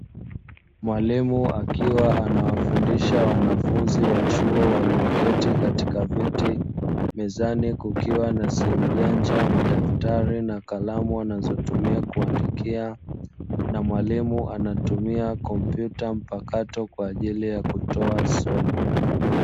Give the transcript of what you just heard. Mwalimu akiwa anawafundisha wanafunzi wa chuo walioketi katika viti, mezani kukiwa na simu janja na madaftari wanayotumia kuandikia na mwalimu anatumia kompyuta mpakato kwa ajili ya kutoa somo.